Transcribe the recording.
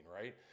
right